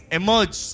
emerge